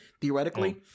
theoretically